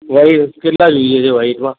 white કેટલા જોઈએ છે વાઈટમાં